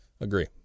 Agree